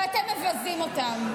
ואתם מבזים אותם.